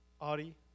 Audi